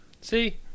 See